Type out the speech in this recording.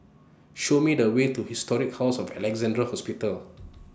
Show Me The Way to Historic House of Alexandra Hospital